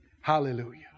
Hallelujah